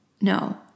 No